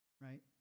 right